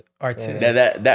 Artists